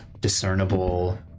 discernible